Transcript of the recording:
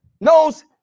knows